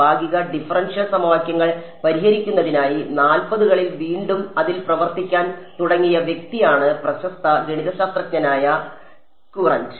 ഭാഗിക ഡിഫറൻഷ്യൽ സമവാക്യങ്ങൾ പരിഹരിക്കുന്നതിനായി 40 കളിൽ വീണ്ടും അതിൽ പ്രവർത്തിക്കാൻ തുടങ്ങിയ വ്യക്തിയാണ് പ്രശസ്ത ഗണിതശാസ്ത്രജ്ഞനായ കൂറന്റ്